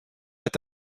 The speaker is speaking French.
est